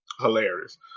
Hilarious